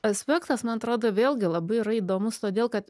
aspektas man atrodo vėlgi labai yra įdomus todėl kad